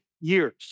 years